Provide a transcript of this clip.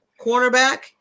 cornerback